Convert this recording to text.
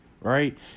Right